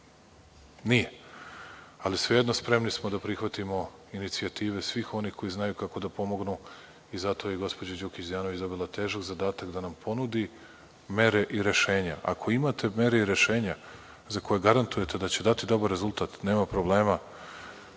nije. Ali, sve jedno spremni smo da prihvatimo inicijative svih onih koji znaju kako da pomognu i zato je gospođa Đukić Dejanović dobila težak zadata da nam ponudi mere i rešenja. Ako imate mere i rešenja za koje garantujete da će dati dobar rezultat, nema problema.